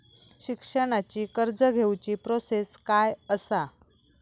शिक्षणाची कर्ज घेऊची प्रोसेस काय असा?